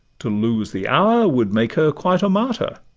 to lose the hour would make her quite a martyr,